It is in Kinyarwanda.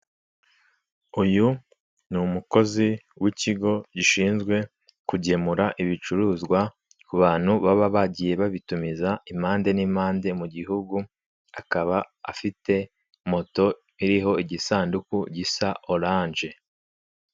Uyu ni umukozi w'ikigo gishinzwe kugemura ibicuruzwa ku bantu baba bagiye babitumiza impande n'impande mu gihugu akaba afite moto iriho igisanduku gisa oranje.